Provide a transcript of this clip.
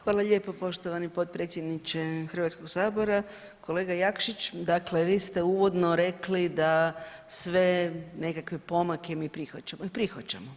Hvala lijepo poštovani potpredsjedniče HS-a, kolega Jakšić, dakle vi ste uvodno rekli da sve nekakve pomake mi prihvaćamo, i prihvaćamo.